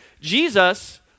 Jesus